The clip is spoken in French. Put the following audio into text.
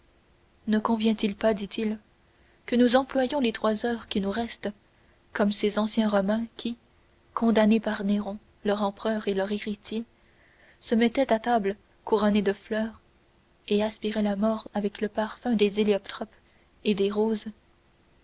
ne convient-il pas dit-il que nous employions les trois heures qui nous restent comme ces anciens romains qui condamnés par néron leur empereur et leur héritier se mettaient à table couronnés de fleurs et aspiraient la mort avec le parfum des héliotropes et des roses